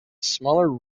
smaller